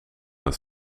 het